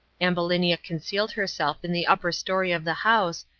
ambulinia concealed herself in the upper story of the house,